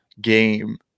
game